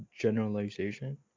generalization